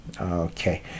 okay